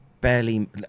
barely